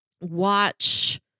Watch